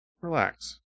relax